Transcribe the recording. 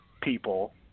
people